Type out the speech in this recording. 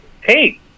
hey